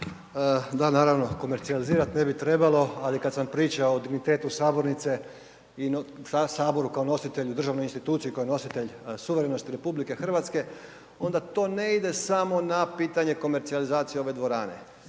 Da, naravno, komercijalizirat ne bi trebalo, ali kad sam pričao o dignitetu sabornice i HS kao nositelju, državnoj instituciji koja je nositelj suverenosti RH onda to ne ide samo na pitanje komercionalizacije ove dvorane,